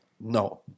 no